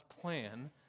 plan